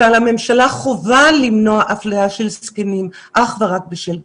על הממשלה חובה למנוע אפליה של זקנים אך ורק בשל גילם.